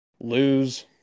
lose